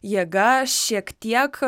jėga šiek tiek